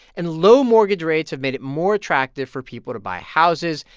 and low mortgage rates have made it more attractive for people to buy houses.